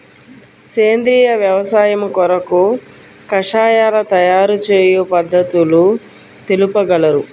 సేంద్రియ వ్యవసాయము కొరకు కషాయాల తయారు చేయు పద్ధతులు తెలుపగలరు?